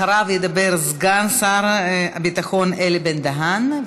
אחריו ידבר סגן שר הביטחון אלי בן-דהן,